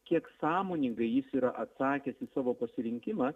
kiek sąmoningai jis yra atsakęs į savo pasirinkimą